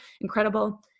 incredible